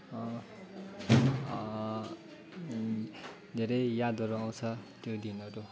धेरै यादहरू आउँछ त्यो दिनहरू